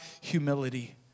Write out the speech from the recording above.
humility